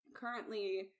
currently